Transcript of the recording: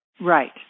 Right